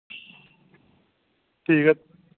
ठीक ऐ